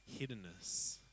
hiddenness